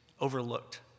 overlooked